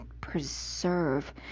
preserve